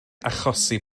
achosi